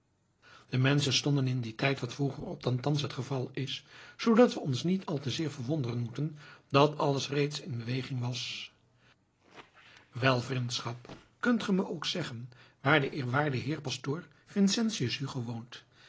de menschen stonden in dien tijd wat vroeger op dan thans het geval is zoodat we ons niet al te zeer verwonderen moeten dat alles reeds in beweging was wel vrindschap kunt ge me ook zeggen waar de eerwaarde heer pastoor vincentius hugo woont